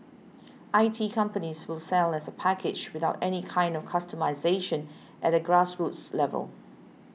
I T companies will sell as a package without any kind of customisation at a grassroots level